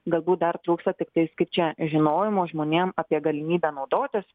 galbūt dar trūksta tiktais kaip čia žinojimo žmonėm apie galimybę naudotis